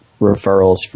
referrals